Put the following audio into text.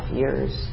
years